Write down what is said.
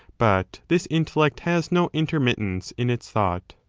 but this intellect has no intermittence in its thought.